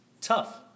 Tough